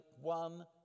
one